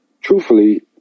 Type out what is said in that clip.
truthfully